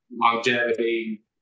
longevity